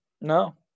No